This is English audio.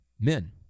men